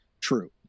True